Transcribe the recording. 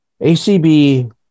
ACB